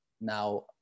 Now